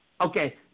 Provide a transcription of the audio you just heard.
Okay